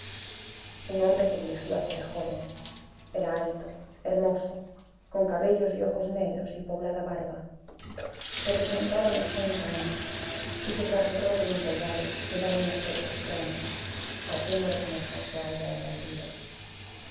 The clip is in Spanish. un hombre se dirigió hacia la joven era alto hermoso con cabellos y ojos negros y poblada barba representaba unos treinta años y su traje roto y empolvado le daba un aspecto extraño haciéndole semejarse algo a un bandido